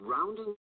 Rounding